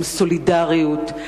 הם סולידריות,